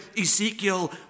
Ezekiel